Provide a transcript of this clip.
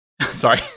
sorry